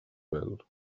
vel